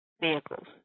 vehicles